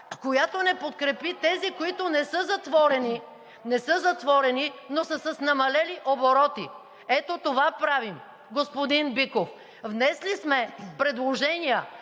която не подкрепи тези, които не са затворени, но са с намалели обороти! Ето това правим, господин Биков. Внесли сме предложения